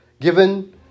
given